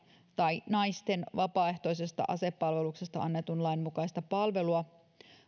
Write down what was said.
tai naisten vapaaehtoisesta asepalveluksesta annetun lain mukaista palvelua